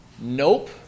Nope